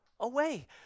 away